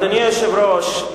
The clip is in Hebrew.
אדוני היושב-ראש,